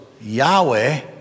Yahweh